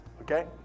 okay